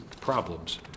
problems